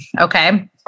okay